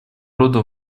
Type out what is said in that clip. рода